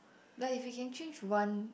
but if we can change one